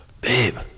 Babe